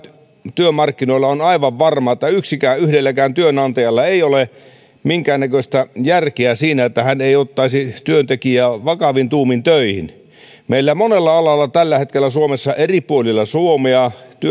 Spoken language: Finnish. työmarkkinoilla on aivan varmaa että yhdellekään työnantajalle ei ole minkäännäköistä järkeä siinä että hän ei ottaisi työntekijää vakavin tuumin töihin meillä tällä hetkellä monella alalla suomessa eri puolilla suomea